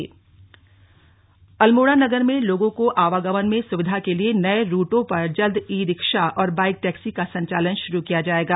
सड़क सुरक्षा समिति बैठक अल्मोड़ा नगर में लोगों को आवागमन में सुविधा के लिए नए रूटों पर जल्द ई रिक्शा और बाइक टैक्सी का संचालन शुरू किया जायेगा